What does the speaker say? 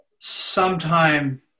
sometime